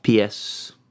PS